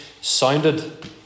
sounded